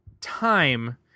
time